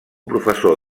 professor